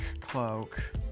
cloak